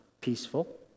peaceful